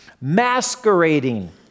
masquerading